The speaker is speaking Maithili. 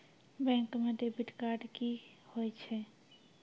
बैंक म डेबिट कार्ड की होय छै?